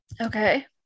Okay